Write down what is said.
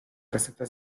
receta